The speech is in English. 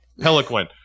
Pelican